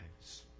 lives